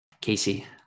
Casey